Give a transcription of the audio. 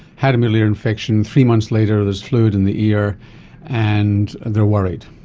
had a middle ear infection, three months later there's fluid in the ear and they are worried.